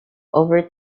over